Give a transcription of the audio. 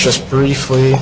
just briefly